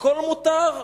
הכול מותר.